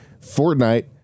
fortnite